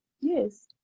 Yes